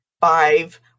five